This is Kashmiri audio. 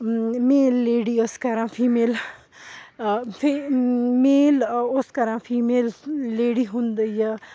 میل لیڈی ٲس کَران فیٖمیل فیٖمیل اوس کَران فیٖمیل لیڈی ہُنٛد یہِ